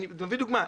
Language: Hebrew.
אני אביא דוגמה,